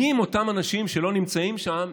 מי הם אותם אנשים שלא נמצאים שם,